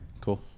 Cool